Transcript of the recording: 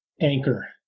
anchor